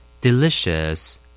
delicious